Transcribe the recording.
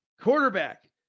quarterback